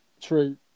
True